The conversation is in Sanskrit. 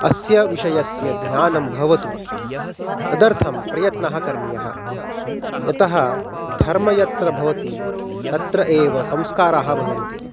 अस्य विषयस्य ज्ञानं भवतु तदर्थं प्रयत्नः करणीयः यतः धर्मः यत्र भवति तत्र एव संस्काराः भवन्ति